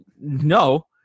no